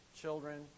children